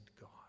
God